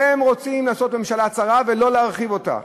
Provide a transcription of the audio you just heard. והם רוצים לעשות ממשלה צרה ולא להרחיב אותה,